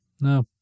No